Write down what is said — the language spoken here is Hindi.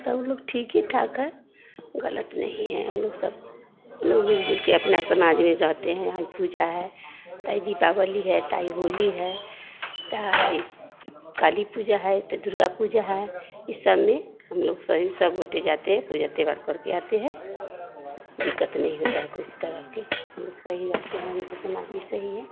त ऊ लोग ठीक ही ठाक है गलत नहीं है हम लोग सब लोग मिल जुल कर अपना समाज में जाते हैं आज पूजा है त इ दीपावली है त इ होली है त इस काली पूजा है त दुर्गा पूजा है इस सम में हम लोग सब बटे जाते हैं पूजा त्यौहार करके आते हैं दिक्कत नहीं होता है किसी तरह के हम लोग सही जाते हैं हम लोग का समाज भी सही है